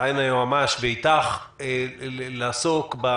איתך על סוגיית מדיניות המעצר.